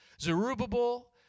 Zerubbabel